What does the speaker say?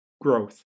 growth